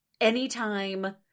anytime